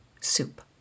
soup